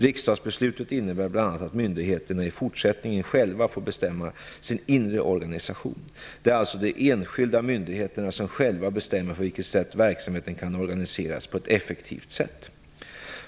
Riksdagsbeslutet innebär bl.a. att myndigheterna i fortsättningen själva får bestämma sin inre organisation. Det är alltså de enskilda myndigheterna som själva bestämmer på vilket sätt verksamheten kan organiseras på ett effektivt sätt.